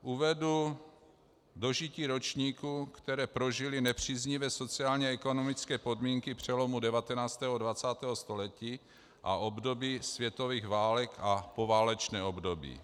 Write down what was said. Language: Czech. Uvedu dožití ročníků, které prožily nepříznivé sociálněekonomické podmínky přelomu 19. a 20. století a období světových válek a poválečné období.